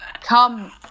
come